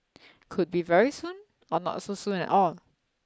could be very soon or not so soon at all